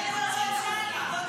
--- אין לו אומץ להוציא אותה.